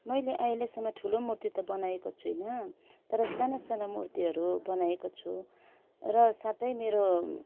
मैले अहिलेसम्म ठुलो मुर्ति त बनाएको छुइनँ तर सानासाना मुर्तिहरू बनाएको छु र साथै मेरो